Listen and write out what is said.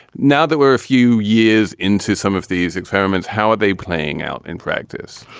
now that we're a few years into some of these experiments, how are they playing out in practice?